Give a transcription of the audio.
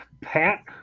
Pat